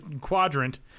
quadrant